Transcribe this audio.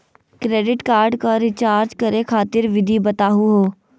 Credit card क recharge करै खातिर विधि बताहु हो?